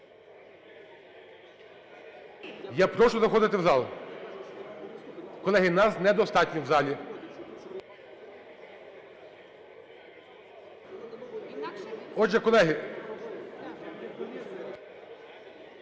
Я прошу заходити в зал. Колеги, нас недостатньо в залі. Отже, колеги…